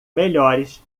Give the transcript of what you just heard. melhores